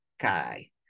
guy